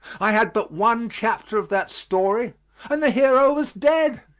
i had but one chapter of that story and the hero was dead.